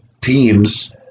teams